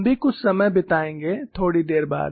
हम भी कुछ समय बिताएंगे थोड़ी देर बाद